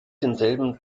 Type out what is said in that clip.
denselben